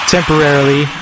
Temporarily